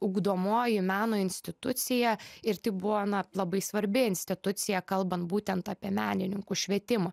ugdomoji meno institucija ir tai buvo na labai svarbi institucija kalbant būtent apie menininkų švietimą